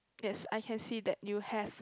yes I can see that you have